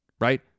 right